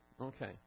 Okay